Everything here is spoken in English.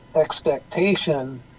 expectation